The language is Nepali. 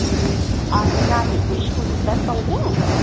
ए अन्त नानीहरूको स्कुल जुत्ता पनि पाउँछ